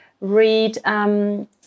read